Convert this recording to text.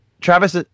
Travis